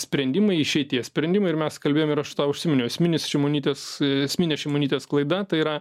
sprendimai šitie sprendimai ir mes kalbėjom ir aš tau užsiminiau esminis šimonytės esminė šimonytės klaida tai yra